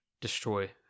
destroy